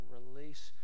release